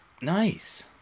Nice